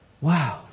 Wow